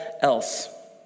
else